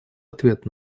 ответ